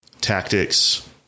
tactics